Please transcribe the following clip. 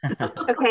Okay